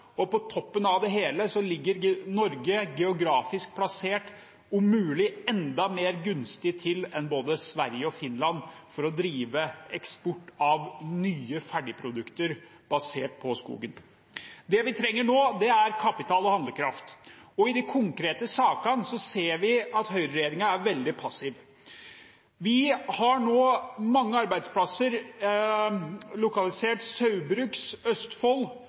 og på toppen av det hele ligger Norge geografisk plassert om mulig enda mer gunstig til enn både Sverige og Finland for å drive eksport av nye ferdigprodukter basert på skogen. Det vi trenger nå, er kapital og handlekraft, og i de konkrete sakene ser vi at høyreregjeringen er veldig passiv. Vi har nå mange arbeidsplasser lokalisert til Saugbrugs i Østfold